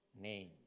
name